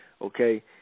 Okay